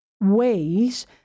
ways